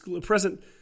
present